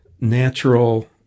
natural